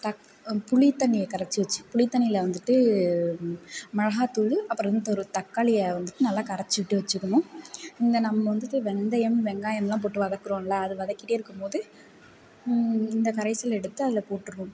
தக் புளி தண்ணீயை கரைச்சி வச்சு புளி தண்ணீயில் வந்துட்டு மிளகாய் தூள் அப்புறம் ஒரு தக்காளியை வந்துட்டு நல்லா கரைச்சி விட்டு வச்சிக்கணும் இந்த நம்ம வந்துட்டு வெந்தயம் வெங்காயம்லாம் போட்டு வதக்குகிறோம்ல அதை வதக்கிட்டே இருக்கும்போது இந்த கரைசல் எடுத்து அதில் போட்ருணும்